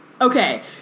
Okay